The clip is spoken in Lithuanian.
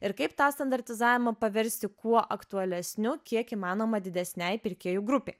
ir kaip tą standartizavimą paversti kuo aktualesniu kiek įmanoma didesnei pirkėjų grupė